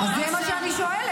אז זה מה שאני שואלת.